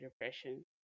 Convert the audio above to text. depression